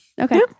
Okay